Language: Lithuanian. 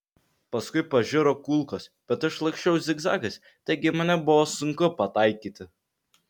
paskui pažiro kulkos bet aš laksčiau zigzagais taigi į mane buvo sunku pataikyti